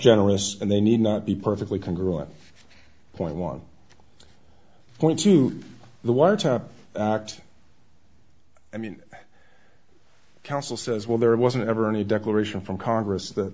generous and they need not be perfectly congruity point one point to the wiretap act i mean counsel says well there wasn't ever any declaration from congress that